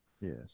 Yes